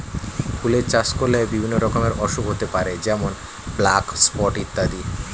ফুলের চাষ করলে বিভিন্ন রকমের অসুখ হতে পারে যেমন ব্ল্যাক স্পট ইত্যাদি